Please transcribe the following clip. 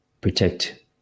Protect